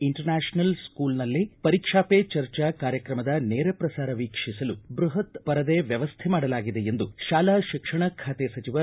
international ಸ್ಕೂಲ್ನಲ್ಲಿ ಪರೀಕ್ಷಾ ಪೇ ಚರ್ಚಾ ಕಾರ್ಯಕ್ರಮದ ನೇರ ಪ್ರಸಾರ ವೀಕ್ಷಿಸಲು ಬೃಹತ್ ಪರದೆ ವ್ಯವಸ್ಥೆ ಮಾಡಲಾಗಿದೆ ಎಂದು ಶಾಲಾ ಶಿಕ್ಷಣ ಖಾತೆ ಸಚಿವ ಎಸ್